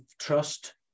trust